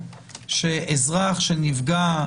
שאזרח שנפגע,